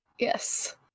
Yes